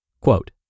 Quote